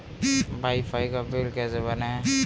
Wi fi का bill कैसे भरें?